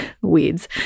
Weeds